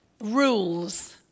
rules